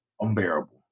unbearable